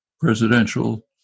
Presidential